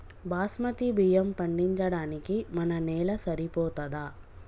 బాస్మతి బియ్యం పండించడానికి మన నేల సరిపోతదా?